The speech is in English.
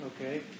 okay